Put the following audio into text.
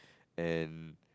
and